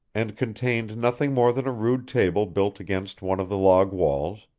and contained nothing more than a rude table built against one of the log walls,